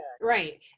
right